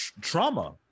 trauma